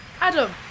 Adam